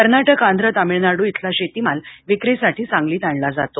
कर्नाटक आंध्र तामिळनाडू इथला शेत ल विक्रीसाठ सांगल आणला जातो